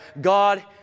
God